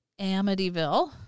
Amityville